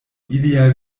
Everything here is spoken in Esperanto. iliaj